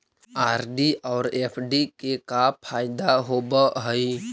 RD और FD के का फायदा होव हई?